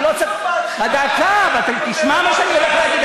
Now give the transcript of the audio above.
אני בעדך, דקה, תשמע את מה שיש לי להגיד.